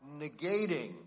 negating